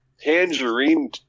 Tangerine